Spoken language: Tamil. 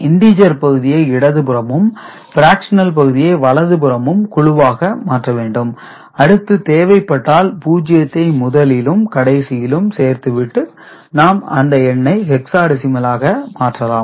இண்டீஜர் பகுதியை இடதுபுறமும் பிராக்சனல் பகுதியை வலது புறமும் குழுவாக மாற்ற வேண்டும் அடுத்து தேவைப்பட்டால் பூஜ்ஜியத்தை முதலிலும் கடைசியிலும் சேர்த்துவிட்டு நாம் அந்த எண்ணை ஹெக்சாடெசிமலாக மாற்றலாம்